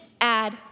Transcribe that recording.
add